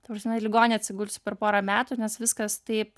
ta prasme į ligoninę atsigulsiu per porą metų nes viskas taip